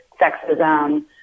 sexism